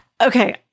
Okay